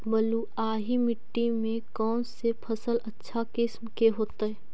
बलुआही मिट्टी में कौन से फसल अच्छा किस्म के होतै?